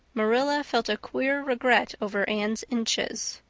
marilla felt a queer regret over anne's inches.